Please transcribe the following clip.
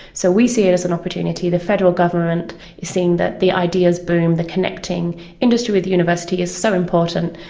so we see it as an opportunity. the federal government is seeing that the ideas boom, the connecting industry with university is so important,